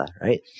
right